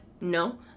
No